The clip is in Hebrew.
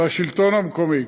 בשלטון המקומי.